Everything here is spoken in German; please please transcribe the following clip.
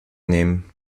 nehmen